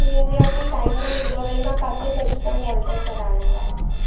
थी वेंदी आहे की टाइम न मिलंदो आहे वरी मां किथे भॼंदमि ऑल्टर कराइण लाइ